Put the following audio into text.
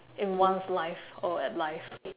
in one's life or at life